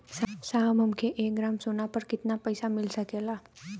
साहब हमके एक ग्रामसोना पर कितना पइसा मिल सकेला?